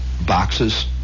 boxes